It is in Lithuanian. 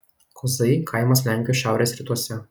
kozai kaimas lenkijos šiaurės rytuose